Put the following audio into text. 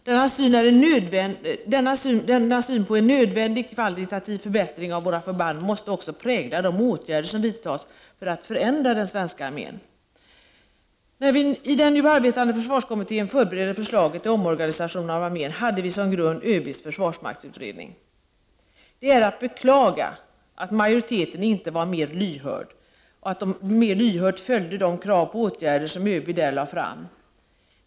Denna syn på en nödvändig kvalitativ förbättring av våra förband måste också prägla de åtgärder som vidtas för att förändra den svenska armén. När vi i den nu arbetande försvarskommittén förberedde förslaget till omorganisation av armén hade vi som grund ÖB:s försvarsmaktsutredning. Det är att beklaga att majoriteten inte mer lyhört följde de krav på åtgärder som ÖB där lade fram.